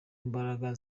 imbaraga